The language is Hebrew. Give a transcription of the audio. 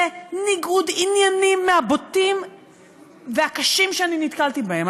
זה ניגוד עניינים מהבוטים והקשים שאני נתקלתי בהם.